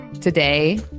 today